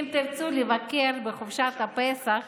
אם תרצו לבקר בחופשת הפסח